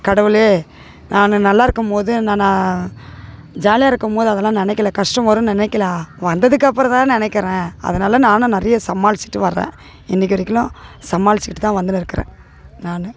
கடவுளே நானு நல்லா இருக்கும் போது நான்னா ஜாலியாக இருக்கும் போது அதெல்லாம் நினைக்கில கஷ்டம் வரும் நினைக்கில வந்ததுக்கு அப்புறம் தான் நினக்கிறேன் அதனால் நானும் நிறையா சமாளிச்சிட்டு வரேன் இன்றைக்கி வரைக்கிலும் சமாளிச்சுக்கிட்டு தான் வந்துன்னு இருக்கிறேன் நான்